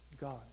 God